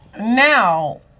Now